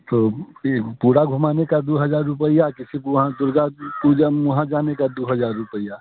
तो फिर पूरा घुमाने का दो हज़ार रुपया किसी को वहाँ दुर्गा पूजन वहाँ जाने का दो हज़ार रुपया